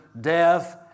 death